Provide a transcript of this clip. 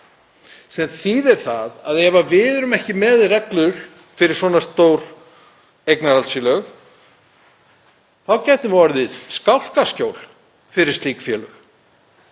sem þýðir að ef við erum ekki með reglur fyrir svona stór eignarhaldsfélög þá gætum við orðið skálkaskjól fyrir slík félög